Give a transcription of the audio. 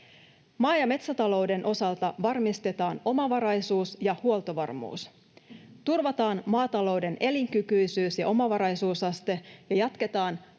Maa- ja metsätalouden osalta varmistetaan omavaraisuus ja huoltovarmuus, turvataan maatalouden elinkykyisyys ja omavaraisuusaste ja jatketaan